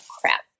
crap